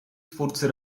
twórcy